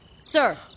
sir